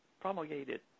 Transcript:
promulgated